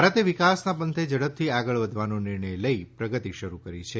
ભારતે વિકાસના પંથે ઝડપથી આગળ વધવાનો નિર્ણય લઇ પ્રગતિ શરૂ કરી છે